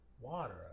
water